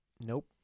Nope